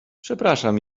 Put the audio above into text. przepraszam